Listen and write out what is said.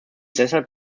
deshalb